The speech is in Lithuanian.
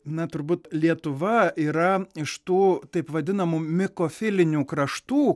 na turbūt lietuva yra iš tų taip vadinamų mikofilinių kraštų